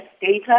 data